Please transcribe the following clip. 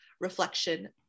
reflection